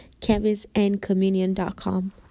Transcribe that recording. canvasandcommunion.com